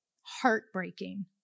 heartbreaking